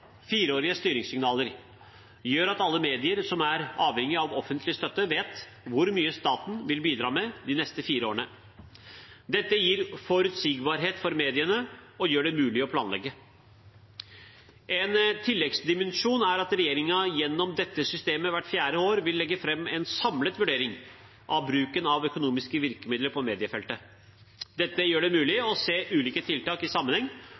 fireårige styringssignaler gjør at alle medier som er avhengige av offentlig støtte, vet hvor mye staten vil bidra med de neste fire årene. Dette gir forutsigbarhet for mediene og gjør det mulig å planlegge. En tilleggsdimensjon er at regjeringen gjennom dette systemet hvert fjerde år vil legge fram en samlet vurdering av bruken av økonomiske virkemidler på mediefeltet. Dette gjør det mulig å se ulike tiltak i sammenheng